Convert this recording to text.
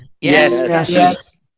Yes